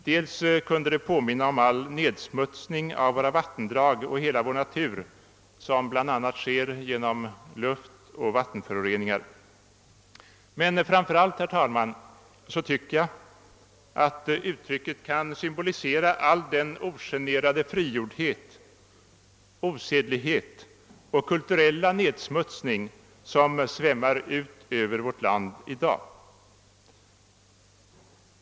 Dels kunde det påminna om den nedsmutsning av våra vattendrag och av hela vår natur som sker bl.a. genom luftoch vattenföroreningarna, dels och framför allt tycker jag att uttrycket kan symbolisera all den ogenerade frigjordhet, osedlighet och kulturella nedsmutsning som väller ut över vårt land i dag.